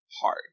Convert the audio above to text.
hard